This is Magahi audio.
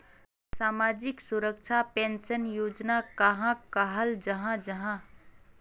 सामाजिक सुरक्षा पेंशन योजना कहाक कहाल जाहा जाहा?